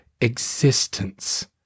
existence